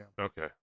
Okay